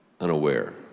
unaware